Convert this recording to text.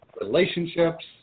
relationships